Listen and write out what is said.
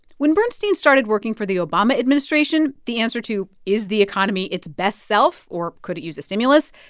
when bernstein started working for the obama administration, the answer to is the economy its best self or could it use a stimulus?